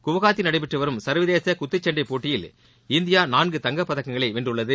குவஹாத்தியில் நடைபெற்று வரும் சர்வதேச குத்துச் சண்டை போட்டியில் இந்தியா நான்கு தங்கப் பதக்கங்களை வென்றுள்ளது